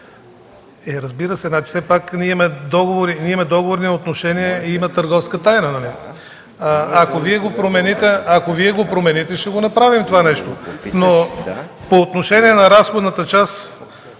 Разбира се, ние имаме договорни отношения и има търговска тайна. Ако Вие го промените, ще го направим това нещо. Но по отношение на разходната част